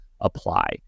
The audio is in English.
apply